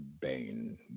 Bane